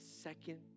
second